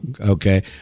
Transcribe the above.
Okay